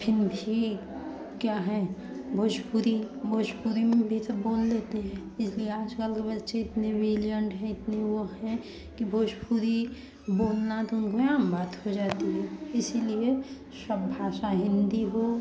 फिर भी क्या हैं भोजपुरी भोजपुरी में भी सब बोल लेते हैं इसलिए आजकल के बच्चे इतने बिलियेंट हैं इतने वो हैं कि भोजपुरी बोलना तो उनको आम बात हो जाती है इसीलिए सब भाषा हिन्दी हो